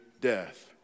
death